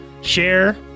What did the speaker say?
Share